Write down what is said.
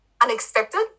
unexpected